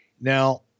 Now –